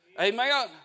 Amen